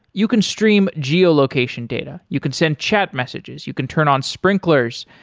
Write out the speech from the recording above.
you can stream geo-location data, you can send chat messages, you can turn on sprinklers,